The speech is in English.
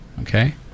Okay